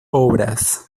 obras